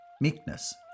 meekness